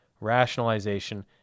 rationalization